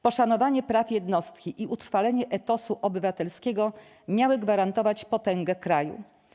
Poszanowanie praw jednostki i utrwalenie etosu obywatelskiego miały gwarantować potęgę kraju.